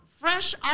fresh